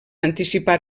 anticipar